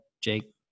Jake